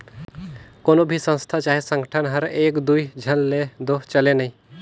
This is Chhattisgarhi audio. कोनो भी संस्था चहे संगठन हर एक दुई झन ले दो चले नई